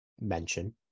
mention